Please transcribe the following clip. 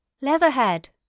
Leatherhead